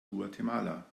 guatemala